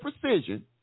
precision